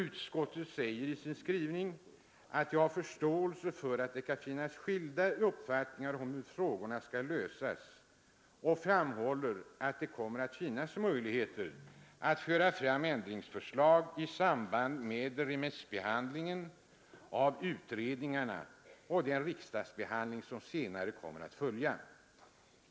Utskottet säger i sin skrivning, att det har förståelse för att det kan finnas skilda uppfattningar om hur frågorna skall lösas, och framhåller att det kommer att finnas möjligheter att föra fram ändringsförslag i samband med remissbehandlingen av utredningarna och den riksdagsbehandling som senare kommer att följa.